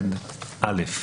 136יד(א).